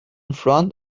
front